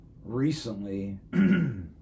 recently